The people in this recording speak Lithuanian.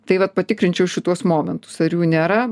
tai vat patikrinčiau šituos momentus ar jų nėra